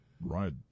Right